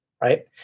right